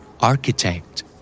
Architect